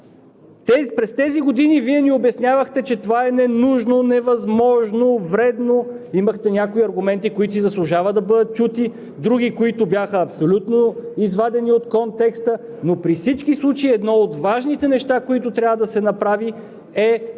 През тези години Вие ни обяснявахте, че това е ненужно, невъзможно, вредно. Имахте някои аргументи, които си заслужава да бъдат чути, други, които бяха абсолютно извадени от контекста, но при всички случаи едно от важните неща, което трябва да се направи, е тази